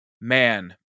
Man